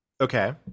Okay